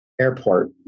airport